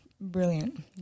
brilliant